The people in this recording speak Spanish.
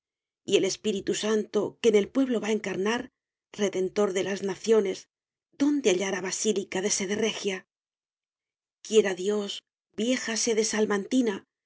y el espíritu santo que en el pueblo va á encarnar redentor de las naciones donde hallará basílica de sede regia quiera dios vieja sede